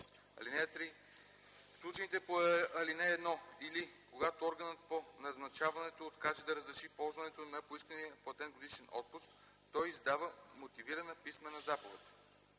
(3) В случаите по ал. 1 или когато органът по назначаването откаже да разреши ползването на поискания платен годишен отпуск, той издава мотивирана писмена заповед.